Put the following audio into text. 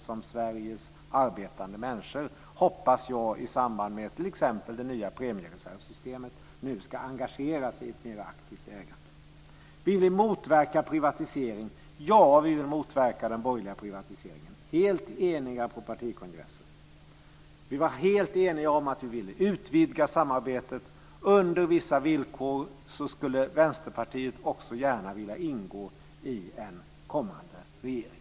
Jag hoppas nu att Sveriges arbetande människor ska engagera sig mer i ett aktivt ägande i samband med t.ex. det nya premiereservsystemet. Vill vi motverka privatisering? Ja, vi vill motverka den borgerliga privatiseringen. Vi var helt eniga om det på partikongressen. Vi var helt eniga om att vi ville utvidga samarbetet. Under vissa villkor skulle Vänsterpartiet också gärna vilja ingå i en kommande regering.